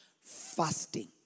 fasting